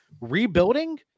rebuilding